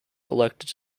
elected